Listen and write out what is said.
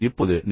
இப்போது நீ